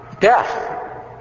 Death